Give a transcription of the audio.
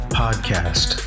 podcast